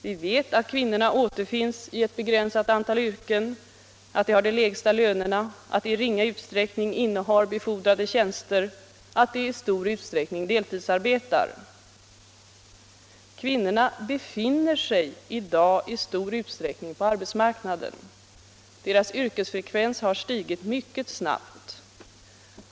Vi vet att kvinnorna återfinns i ett begränsat antal yrken, att de har de lägsta lönerna, att de i ringa utsträckning innehar befordrade tjänster, att de i stor utsträckning deltidsarbetar. Kvinnorna befinner sig i dag i stor utsträckning på arbetsmarknaden. Deras yrkesfrekvens har stigit mycket snabbt.